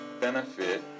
benefit